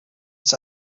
its